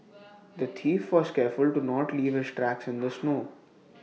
the thief was careful to not leave his tracks in the snow